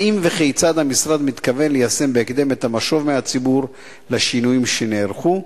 האם וכיצד המשרד מתכוון ליישם בהקדם את המשוב מהציבור לשינויים שנערכו,